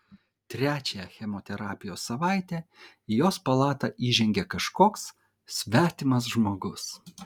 trečią chemoterapijos savaitę į jos palatą įžengė kažkoks svetimas žmogus